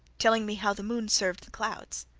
telling me how the moon served the clouds.